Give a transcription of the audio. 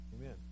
Amen